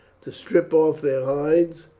to strip off their hides,